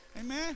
Amen